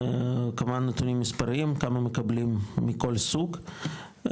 כמובן, נתונים מספריים, כמה מקבלים מכל סוג.